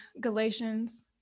Galatians